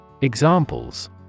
Examples